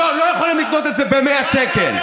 לא יכולים לקנות את זה ב-100 שקל,